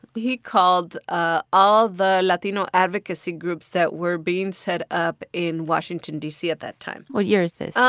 he called ah all the latino advocacy groups that were being set up in washington, d c, at that time what year is this?